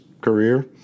career